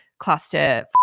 cluster